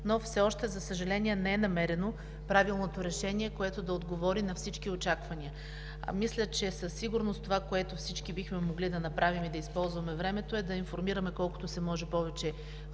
но все още, за съжаление, не е намерено правилното решение, което да отговори на всички очаквания. Мисля, че със сигурност това, което всички бихме могли да направим и да използваме времето, е да информираме колкото се може повече